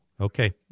Okay